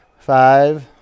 Five